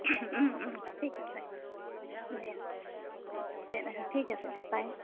ঠিক আছে দিয়া ঠিক আছে দিয়া বাই